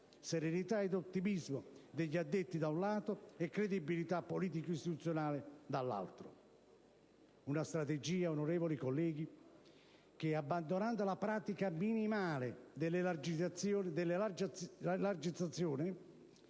serenità ed ottimismo degli addetti, da un lato, e credibilità politico-istituzionale dall'altro. Una strategia, onorevoli colleghi, che, abbandonando la pratica minimale della elargizione,